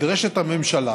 נדרשת הממשלה